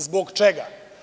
Zbog čega?